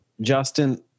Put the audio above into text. Justin